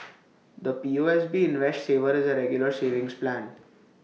the P O S B invest saver is A regular savings plan